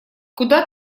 куда